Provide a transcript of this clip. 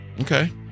Okay